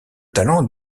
talent